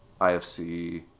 IFC